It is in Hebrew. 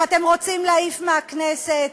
שאתם רוצים להעיף מהכנסת.